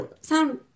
sound